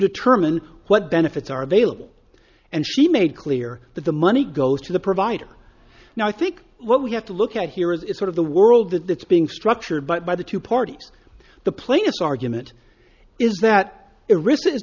determine what benefits are available and she made clear that the money goes to the provider now i think what we have to look at here is is sort of the world that that's being structured but by the two parties the plaintiff's argument is that a re